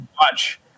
watch